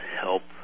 help